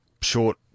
short